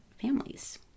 families